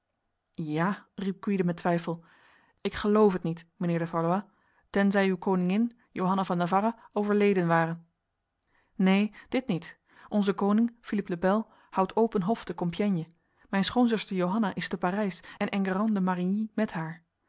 ja riep gwyde met twijfel ik geloof het niet mijnheer de valois tenzij uw koningin johanna van navarra overleden ware neen dit niet onze koning philippe le bel houdt open hof te compiègne mijn schoonzuster johanna is te parijs en enguerrand de marigny met haar